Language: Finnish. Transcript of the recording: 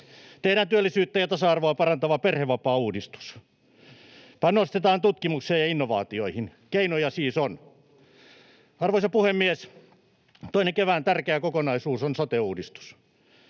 Tehdään työllisyyttä ja tasa-arvoa parantava perhevapaauudistus. Panostetaan tutkimukseen ja innovaatioihin. Keinoja siis on. Arvoisa puhemies! Toinen kevään tärkeä kokonaisuus on sote-uudistus.